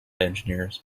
engineers